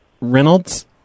Reynolds